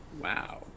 Wow